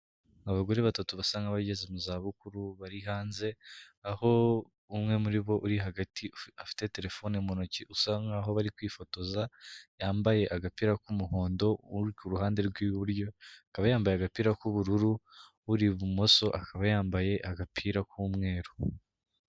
Abagore batatu basa nk'abageze mu za bukuru bari hanze, aho umwe muri bo uri hagati afite terefone mu ntoki usa nk'aho bari kwifotoza, yambaye agapira k'umuhondo, uri ku ruhande rw'iburyo akaba yambaye agapira k'ubururu, uri ibumoso akaba yambaye agapira k'umweru.